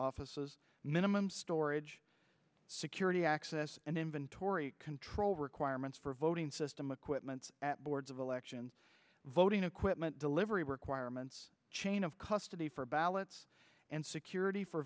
offices minimum storage security access and inventory control requirements for voting system equipment at boards of election voting equipment delivery requirements chain of custody for ballots and security for